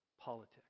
politics